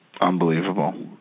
Unbelievable